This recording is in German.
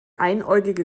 einäugige